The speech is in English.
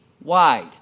wide